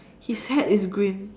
his hat is green